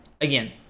again